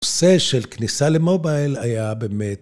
‫עושה של כניסה למובייל היה באמת...